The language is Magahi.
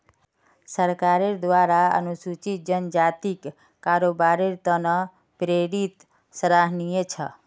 सरकारेर द्वारा अनुसूचित जनजातिक कारोबारेर त न प्रेरित सराहनीय छ